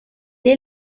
est